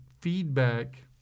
feedback